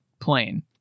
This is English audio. plane